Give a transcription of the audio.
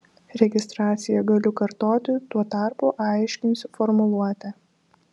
registraciją galiu kartoti tuo tarpu aiškinsiu formuluotę